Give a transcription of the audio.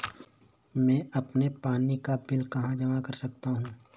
मैं अपने पानी का बिल कहाँ जमा कर सकता हूँ?